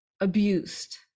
abused